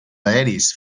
aeris